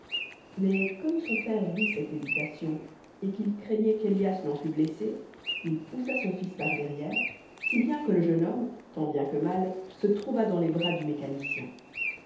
mais comme son père vit cette hésitation et qu'il craignait qu'élias n'en fût blessé il poussa son fils par derrière si bien que le jeune homme tant bien que mal se trouva dans les bras du mécanicien